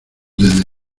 desde